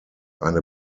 eine